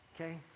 Okay